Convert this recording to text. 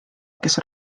kes